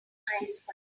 gracefully